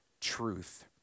truth